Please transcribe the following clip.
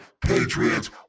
Patriots